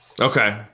Okay